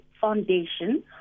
foundation